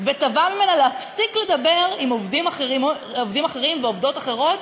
ותבע ממנה להפסיק לדבר עם עובדים אחרים ועובדות אחרות,